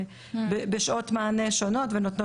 בשעות מענה שונות.